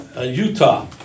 Utah